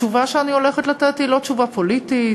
התשובה שאני הולכת לתת היא לא תשובה פוליטית,